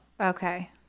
Okay